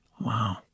Wow